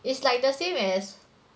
it's like the same as